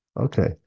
Okay